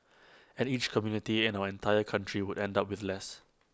and each community and our entire country would end up with less